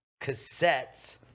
cassettes